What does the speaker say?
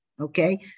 okay